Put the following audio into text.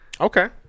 Okay